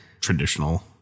traditional